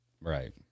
Right